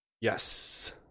Yes